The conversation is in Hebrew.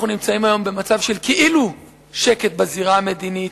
אנחנו נמצאים היום במצב של כאילו שקט בזירה המדינית.